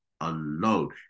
alone